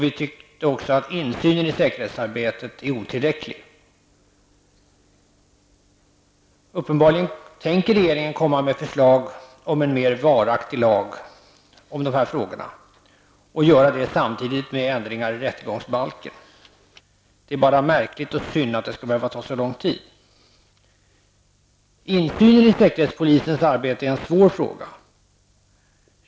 Vi tycker också att insynen i säkerhetsarbetet är otillräcklig. Uppenbarligen avser regeringen att lägga fram ett förslag till en mer varaktig lag i dessa frågor samtidigt som man föreslår ändringar i rättegångsbalken. Det är bara märkligt och synd att det skall behöva ta så lång tid. Insynen i SÄPOs arbete är en svår fråga.